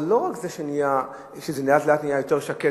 אבל לא שזה לאט-לאט נהיה יותר שקט,